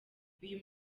uyu